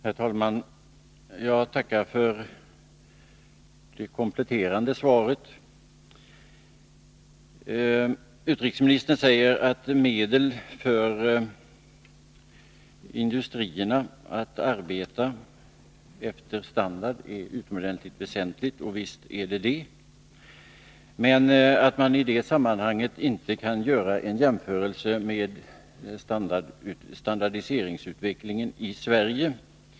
Herr talman! Jag tackar för det kompletterande svaret. Utrikesministern säger att medel för industrierna att arbeta efter standarder är utomordentligt väsentliga — och visst är det så — men att man i det sammanhanget inte kan göra en jämförelse med standardiseringsutvecklingen i Sverige.